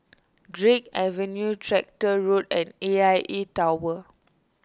Drake Avenue Tractor Road and A I A Tower